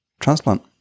transplant